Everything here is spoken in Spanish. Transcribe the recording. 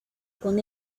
con